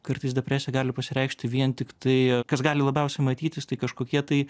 kartais depresija gali pasireikšti vien tiktai kas gali labiausiai matytis tai kažkokie tai